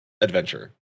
adventure